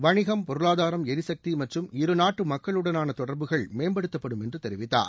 வணிகம் பொருளாதாரம் எரிசக்தி மற்றும் இருநாட்டு மக்களுடனான தொடர்புகள் மேம்படுத்தப்படும் என்று தெரிவித்தார்